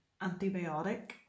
antibiotic